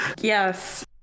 Yes